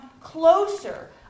closer